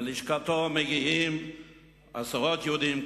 ללשכתו מגיעים עשרות יהודים,